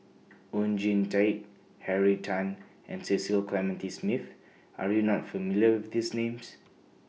Oon Jin Teik Henry Tan and Cecil Clementi Smith Are YOU not familiar with These Names